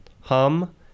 Hum